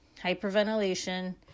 hyperventilation